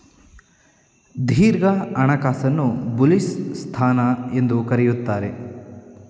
ದೀರ್ಘ ಹಣಕಾಸನ್ನು ಬುಲಿಶ್ ಸ್ಥಾನ ಎಂದು ಕರೆಯುತ್ತಾರೆ